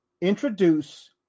introduce